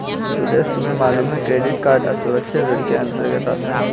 सुरेश तुम्हें मालूम है क्रेडिट कार्ड असुरक्षित ऋण के अंतर्गत आता है